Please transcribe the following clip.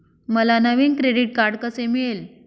मला नवीन credit card कसे मिळेल?